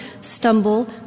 stumble